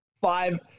five